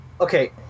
okay